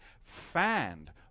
Fanned